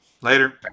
Later